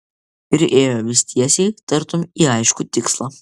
ir ėjo vis tiesiai tartum į aiškų tikslą